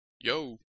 Yo